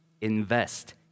invest